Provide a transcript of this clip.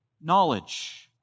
knowledge